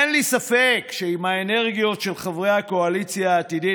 אין לי ספק שאם האנרגיות של חברי הקואליציה העתידית